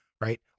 Right